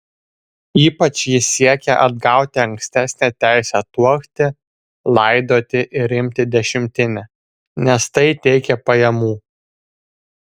ypač ji siekė atgauti ankstesnę teisę tuokti laidoti ir imti dešimtinę nes tai teikė pajamų